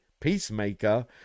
Peacemaker